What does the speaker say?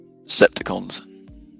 septicons